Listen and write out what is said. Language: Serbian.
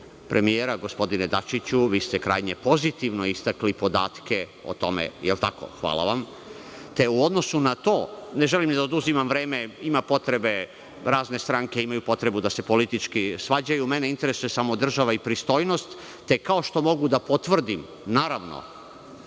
premijera. Gospodine Dačiću, vi ste krajnje pozitivno istakli podatke o tome. Da li je tako? Hvala vam. U odnosu na to, ne želim da oduzimam vreme. Razne stranke imaju potrebu da se politički svađaju. Mene interesuju samo država i pristojnost, te kao što mogu da potvrdim, ne samo